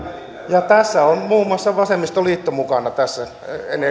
ja ilmastostrategiassa on muun muassa vasemmistoliitto mukana